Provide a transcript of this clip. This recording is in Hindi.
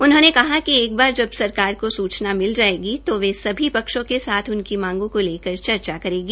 उन्होंने कहा कि एक बार जब सरकार को सूचना मिल जायेगी तो वे सभी पक्षों के साथ उनकी मांगों को लेकर चर्चा करेगी